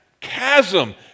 chasm